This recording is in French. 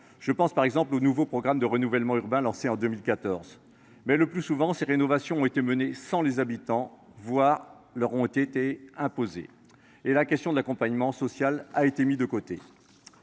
Je pense par exemple au nouveau programme de renouvellement urbain lancé en 2014. Cependant, le plus souvent, ces rénovations ont été menées sans les habitants, voire leur ont été imposées, et la question de l’accompagnement social a été mise de côté.